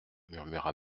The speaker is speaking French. murmura